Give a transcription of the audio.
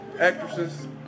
actresses